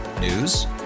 News